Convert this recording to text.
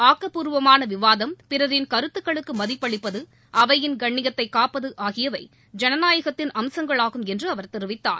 ஆக்கப்பூர்வமான விவாதம் பிறரின் கருத்துக்களுக்கு மதிப்பளிப்பது அவையின் கண்ணியத்தை காப்பது ஆகியவை ஜனநாயகத்தின் அம்சங்களாகும் என்று அவர் தெரிவித்தார்